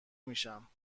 میشم